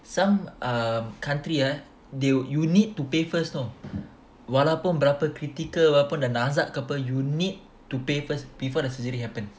some um country ah they w~ you need to pay first know walaupun berapa critical apa dah nazak ke pe you need to pay first before the surgery happen